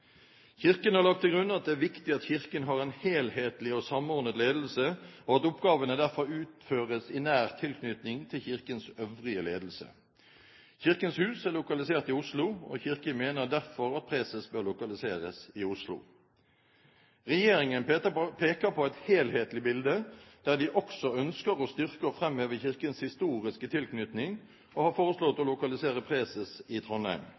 Kirken har lagt til grunn at det er viktig at Kirken har en helhetlig og samordnet ledelse, og at oppgavene derfor utføres i nær tilknytning til Kirkens øvrige ledelse. Kirkens hus er lokalisert i Oslo, og Kirken mener derfor at preses bør lokaliseres i Oslo. Regjeringen peker på et helhetlig bilde, der de også ønsker å styrke og framheve Kirkens historiske tilknytning, og har foreslått å lokalisere preses i Trondheim